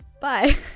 bye